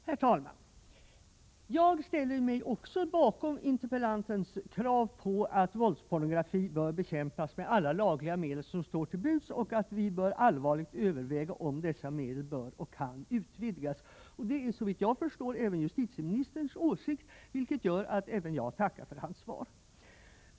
Herr talman! Även jag ställer mig bakom interpellantens krav på att våldspornografi bör bekämpas med alla lagliga medel som står till buds och att vi allvarligt bör överväga om dessa medel bör och kan utvidgas. Det är, såvitt jag förstår, även justitieministerns åsikt, vilket gör att också jag tackar för hans svar.